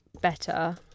better